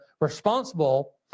responsible